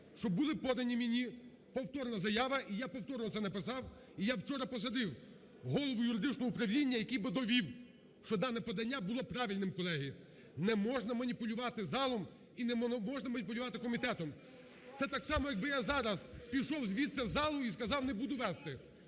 щоб були подані мені повторна заява, і я повторно це написав, і я вчора посади голову юридичного управління, який би довів, що дане подання було правильним, колеги. Не можна маніпулювати залом і не можна маніпулювати комітетом. Це так само, якби я зараз пішов звідси в залу і сказав, не буду вести.